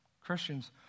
Christians